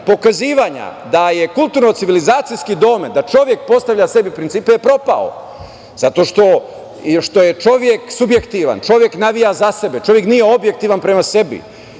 pokazivanja da je kulturno-civilizacijski domen da čovek postavlja sebi principe je propao. Zato što je čovek subjektivan, čovek navija za sebe, čovek nije objektivan prema sebi.